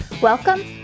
Welcome